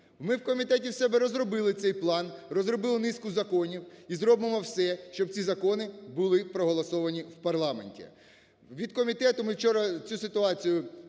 Ми в комітеті в себе розробили цей план, розробили низку законів і зробимо все, щоб ці закони були проголосовані в парламенті. Від комітету ми вчора цю ситуацію…